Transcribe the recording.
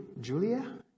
Julia